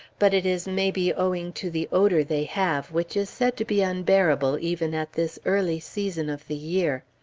but it is, maybe, owing to the odor they have, which is said to be unbearable even at this early season of the year.